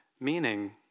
Meaning